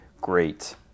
great